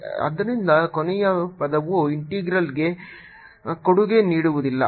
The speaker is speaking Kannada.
ಆದ್ದರಿಂದ ಕೊನೆಯ ಪದವು ಇಂಟೆಗ್ರಲ್ಗೆ ಕೊಡುಗೆ ನೀಡುವುದಿಲ್ಲ